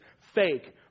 fake